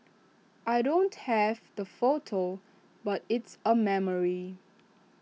I don't have the photo but it's A memory